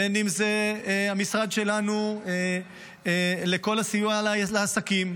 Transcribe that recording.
בין אם זה במשרד שלנו, כל הסיוע לעסקים,